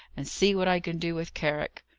and see what i can do with carrick.